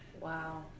Wow